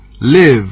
live